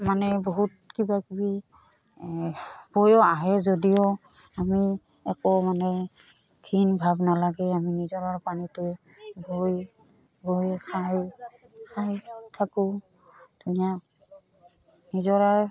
মানে বহুত কিবা কিবি বৈয়ো আহে যদিও আমি একো মানে ঘিণভাৱ নালাগে আমি নিজৰৰ পানীতে ভৈ ভৈ খাই খাই থাকোঁ ধুনীয়া নিজৰাৰ